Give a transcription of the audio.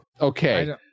Okay